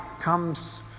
comes